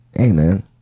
Amen